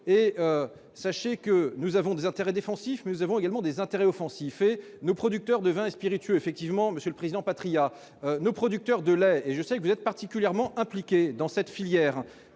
et sachez que nous avons des intérêts défensifs, nous avons également des intérêts offensifs et nos producteurs de vins et spiritueux, effectivement, Monsieur le Président, Patriat nos producteurs de lait et je sais que vous êtes particulièrement impliqué dans cette filière